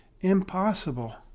impossible